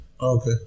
okay